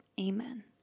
Amen